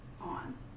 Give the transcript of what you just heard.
on